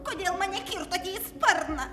kodėl mane kirtote į sparną